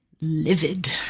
livid